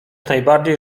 najbardziej